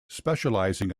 specialising